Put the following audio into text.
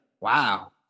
Wow